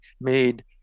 made